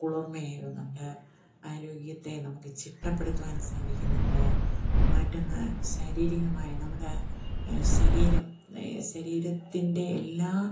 കുളിർമയേറുന്നുണ്ട് ആരോഗ്യത്തെ നമുക്ക് ചിട്ടപ്പെടുത്തുവാൻ സാധിക്കുന്നുണ്ട് മറ്റൊന്ന് ശാരീരികമായി നമ്മുടെ ശരീരം ശരീരത്തിൻ്റെ എല്ലാ